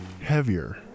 heavier